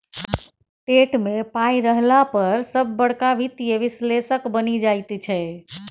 TET मे पाय रहला पर सभ बड़का वित्तीय विश्लेषक बनि जाइत छै